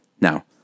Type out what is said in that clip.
Now